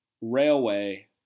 railway